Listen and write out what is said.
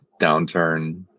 downturn